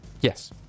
yes